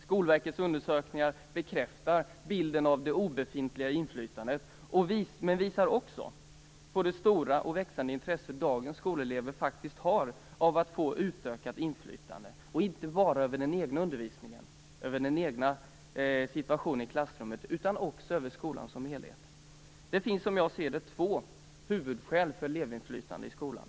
Skolverkets undersökningar bekräftar bilden av den obefintliga inflytandet men visar också på det stora och växande intresse dagens skolelever faktiskt har av att få ökat inflytande. Det gäller inte bara inflytande över den egna undervisningen och situationen i klassrummet utan också över skolan som helhet. Det finns som jag ser det två huvudskäl för elevinflytande i skolan.